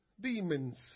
demons